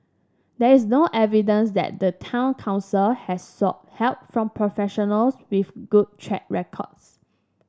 there is no evidence that the town council has sought help from professionals with good track records